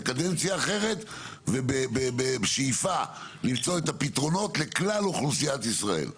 בקדנציה אחרת בשאיפה למצוא את הפתרונות לכלל אוכלוסיית ישראל.